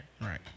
right